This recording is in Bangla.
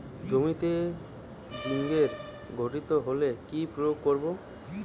জমিতে জিঙ্কের ঘাটতি হলে কি প্রয়োগ করব?